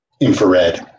infrared